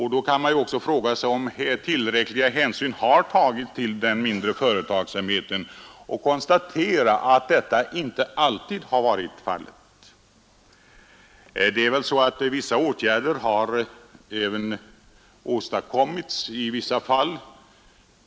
Man kan då fråga sig om tillräckliga hänsyn har tagits till den mindre företagssamheten och konstatera att detta inte alltid varit fallet, även om en del speciella åtgärder har vidtagits inom vissa områden.